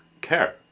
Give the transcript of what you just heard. care